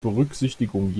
berücksichtigung